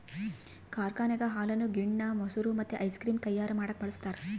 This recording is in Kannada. ಕಾರ್ಖಾನೆಗ ಹಾಲನ್ನು ಗಿಣ್ಣ, ಮೊಸರು ಮತ್ತೆ ಐಸ್ ಕ್ರೀಮ್ ತಯಾರ ಮಾಡಕ ಬಳಸ್ತಾರ